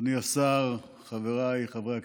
אדוני השר, חבריי חברי הכנסת,